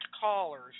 callers